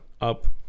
up